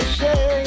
say